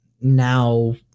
now